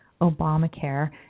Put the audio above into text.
Obamacare